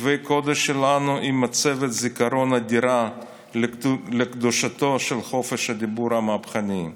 כתבי הקודש שלנו הם מצבת זיכרון אדירה לקדושתו של חופש הדיבור המהפכני.